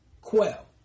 quell